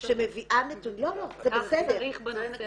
שמביאה נתונים -- ככה צריך בנושא הזה.